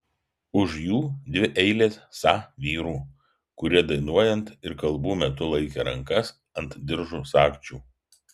už jų dvi eilės sa vyrų kurie dainuojant ir kalbų metu laikė rankas ant diržų sagčių